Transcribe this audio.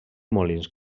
molins